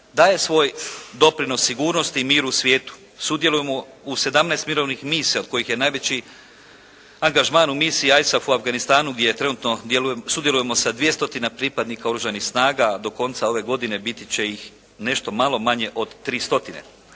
daje svoj doprinos sigurnosti i mir u svijetu. Sudjelujemo u 17 mirovnih misija od kojih je najveći angažman u misiji ISAF u Afganistanu gdje je trenutno, sudjelujemo sa 2 stotine pripadnika Oružanih snaga. Do konca ove godine biti će ih nešto malo manje od 3